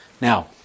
Now